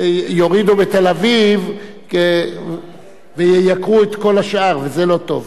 יורידו בתל-אביב וייקרו את כל השאר, וזה לא טוב.